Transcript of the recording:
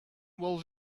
will